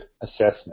assessment